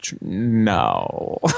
No